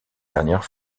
dernière